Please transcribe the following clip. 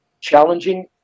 challenging